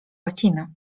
łacinę